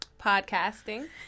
Podcasting